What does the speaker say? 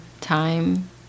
time